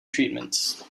treatment